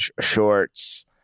shorts